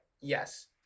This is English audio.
Yes